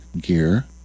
gear